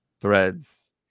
Threads